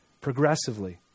Progressively